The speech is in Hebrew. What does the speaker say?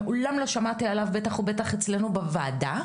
שמעולם לא שמעתי עליו בטח ובטח אצלנו בוועדה,